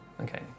okay